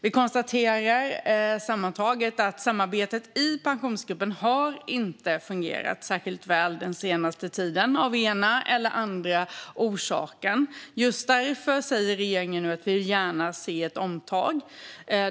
Vi konstaterar sammantaget att samarbetet i Pensionsgruppen inte har fungerat väl den senaste tiden av den ena eller andra orsaken. Just därför säger regeringen nu att vi gärna vill se ett omtag.